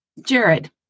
Jared